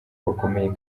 bakomeye